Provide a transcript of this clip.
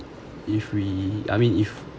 if we I mean if